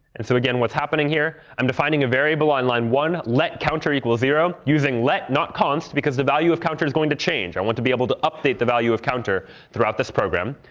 and so again, what's happening here? i'm defining a variable on line one, let counter equal zero, using let not const because the value of counter's going to change. i want to be able to update the value of counter throughout this program.